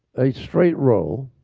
a straight role.